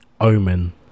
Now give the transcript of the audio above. Omen